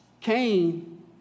Cain